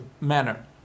manner